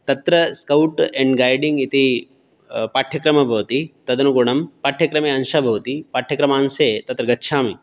तत्र scout and guiding इति पाठ्यक्रमः भवति तदनुगुणं पाठ्यक्रमे अंशः भवति पाठ्यक्रमांशे तत्र गच्छामि